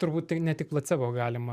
turbūt tai ne tik placebo galima